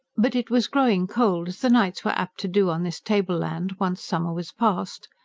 but it was growing cold, as the nights were apt to do on this tableland once summer was past.